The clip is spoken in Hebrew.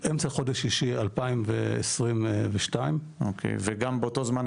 אמצע חודש שישי 2022. אוקי וגם באותו זמן,